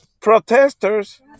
protesters